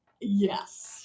Yes